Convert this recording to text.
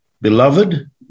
Beloved